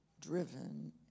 driven